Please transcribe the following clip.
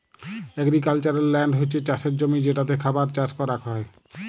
agricultural land হছ্যে চাসের জমি যেটাতে খাবার চাস করাক হ্যয়